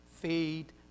Feed